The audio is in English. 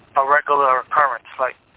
a regular occurrence. like,